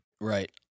Right